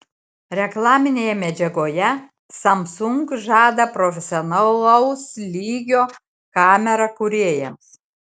reklaminėje medžiagoje samsung žada profesionalaus lygio kamerą kūrėjams